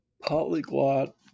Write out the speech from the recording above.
polyglot